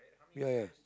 ya